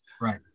Right